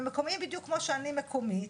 הם מקומיים בדיוק כמו שאני מקומית.